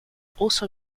also